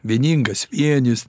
vieningas vienis